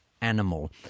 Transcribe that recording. animal